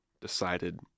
decided